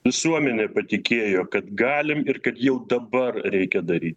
visuomenė patikėjo kad galim ir kad jau dabar reikia daryt